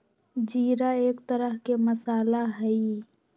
जीरा एक तरह के मसाला हई